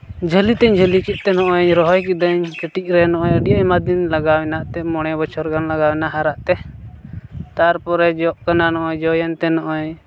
ᱡᱷᱟᱹᱞᱤᱛᱮᱧ ᱡᱷᱟᱹᱞᱤ ᱠᱮᱫᱛᱮ ᱱᱚᱜᱼᱚᱸᱭ ᱨᱚᱦᱚᱭ ᱠᱤᱫᱟᱹᱧ ᱠᱟᱹᱴᱤᱡ ᱨᱮ ᱱᱚᱜᱼᱚᱸᱭ ᱟᱹᱰᱤ ᱟᱭᱢᱟ ᱫᱤᱱ ᱞᱟᱜᱟᱣ ᱮᱱᱟ ᱮᱱᱛᱮ ᱢᱚᱬᱮ ᱵᱚᱪᱷᱚᱨ ᱜᱟᱱ ᱞᱟᱜᱟᱣᱮᱱᱟ ᱦᱟᱨᱟᱜᱛᱮ ᱛᱟᱨᱯᱚᱨᱮ ᱡᱚᱜ ᱠᱟᱱᱟ ᱱᱚᱜᱼᱚᱸᱭ ᱡᱚᱭᱮᱱᱛᱮ ᱱᱚᱜᱼᱚᱸᱭ